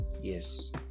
yes